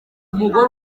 umugore